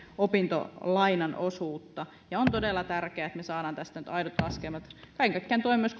opintolainan osuutta on todella tärkeää että me saamme tästä nyt aidot laskelmat kaiken kaikkiaan tuen myös